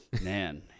Man